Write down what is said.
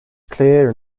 clear